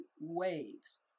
waves